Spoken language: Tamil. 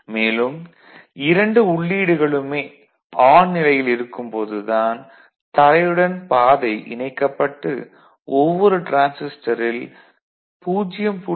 மேலும் இரண்டு உள்ளீடுகளுமே ஆன் நிலையில் இருக்கும் போது தான் தரையுடன் பாதை இணைக்கப்பட்டு ஒவ்வொரு டிரான்சிஸ்டரில் 0